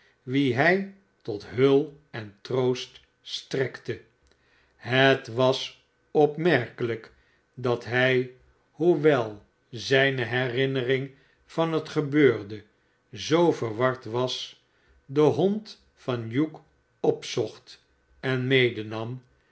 wie hij tot heul en troost strekte het was opmerkelijk dat hij hoewel zijne hennnenng van het gebeurde zoo verward was den hond van hugh opzocht en medenam